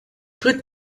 put